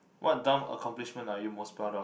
what dumb accomplishment are you most proud of